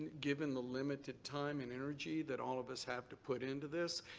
given the limited time and energy that all of us have to put into this,